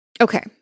Okay